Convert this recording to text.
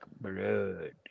blood